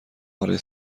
برای